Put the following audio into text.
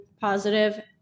positive